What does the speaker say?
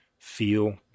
feel